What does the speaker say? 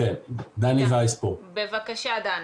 בבקשה דני.